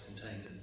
contained